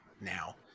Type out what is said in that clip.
now